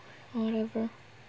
whatever